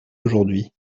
aujourd’hui